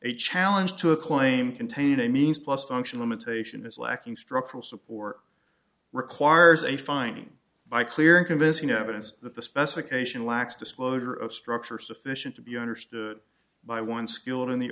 a challenge to a claim contained a means plus unction limitation is lacking structural support requires a finding by clear and convincing evidence that the specification lacks disclosure of structure sufficient to be understood by one skilled in the